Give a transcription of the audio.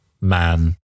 man